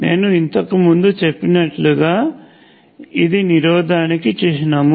నేను ఇంతకు ముందు చూపినట్లుగా ఇది నిరోధకానికి చిహ్నం